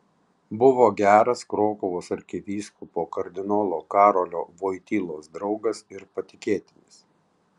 buvo geras krokuvos arkivyskupo kardinolo karolio vojtylos draugas ir patikėtinis